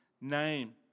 name